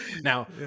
Now